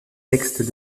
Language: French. textes